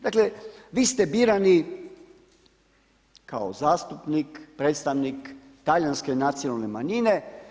Dakle, vi ste birani kao zastupnik, predstavnik talijanske nacionalne manjine.